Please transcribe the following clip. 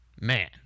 Man